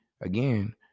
again